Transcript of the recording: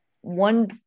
one